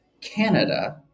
Canada